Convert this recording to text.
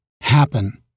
happen